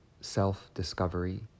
self-discovery